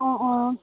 অ' অ'